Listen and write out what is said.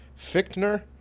Fichtner